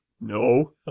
No